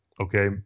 okay